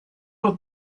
what